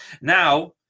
Now